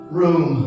room